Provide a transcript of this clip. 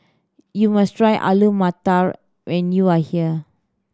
you must try Alu Matar when you are here